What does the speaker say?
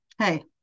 Hey